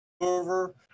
over